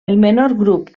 grup